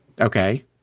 Okay